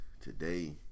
Today